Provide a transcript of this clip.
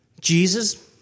Jesus